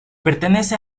pertenece